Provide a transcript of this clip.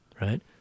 right